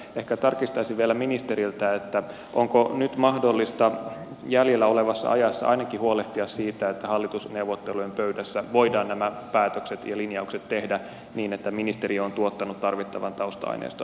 ehkä tarkistaisin vielä ministeriltä onko nyt mahdollista jäljellä olevassa ajassa ainakin huolehtia siitä että hallitusneuvottelujen pöydässä voidaan nämä päätökset ja linjaukset tehdä niin että ministeriö on tuottanut tarvittavan tausta aineiston neuvottelijoiden käyttöön